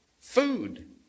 food